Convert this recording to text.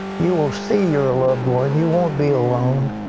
you will see your ah loved one. you won't be alone.